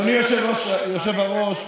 אדוני היושב-ראש,